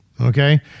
okay